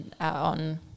on